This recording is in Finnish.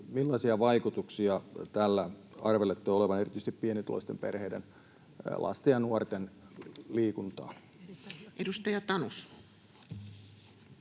millaisia vaikutuksia tällä arvelette olevan erityisesti pienituloisten perheiden lasten ja nuorten liikuntaan? [Speech 161]